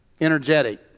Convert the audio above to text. energetic